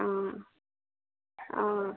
অঁ অঁ